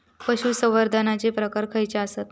पशुसंवर्धनाचे प्रकार खयचे आसत?